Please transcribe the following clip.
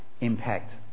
impact